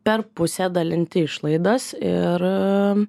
per pusę dalinti išlaidas ir